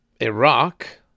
Iraq